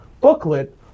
booklet